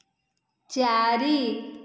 ଚାରି